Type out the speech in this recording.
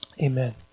amen